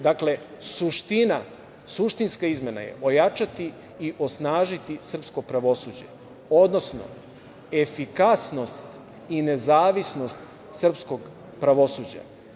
Dakle, suština, suštinska izmena je ojačati i osnažiti srpsko pravosuđe, odnosno efikasnost i nezavisnost srpskog pravosuđa.